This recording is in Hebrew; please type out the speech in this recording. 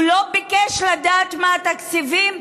הוא לא ביקש לדעת מה התקציבים?